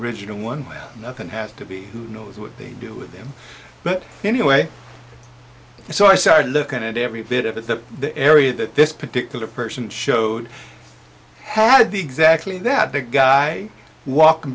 original one that has to be who knows what they do with them but anyway so i started looking at every bit of it that the area that this particular person showed had the exactly that big guy walking